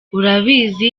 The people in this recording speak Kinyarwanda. urabizi